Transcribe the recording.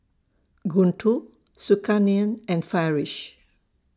Guntur Zulkarnain and Farish